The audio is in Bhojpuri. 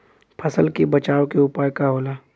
फसल के बचाव के उपाय का होला?